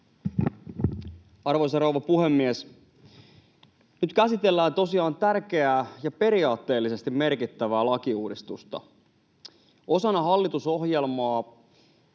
Arvoisa rouva puhemies! Nyt käsitellään tosiaan tärkeää ja periaatteellisesti merkittävää lakiuudistusta. Osana hallitusohjelmaa